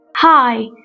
Hi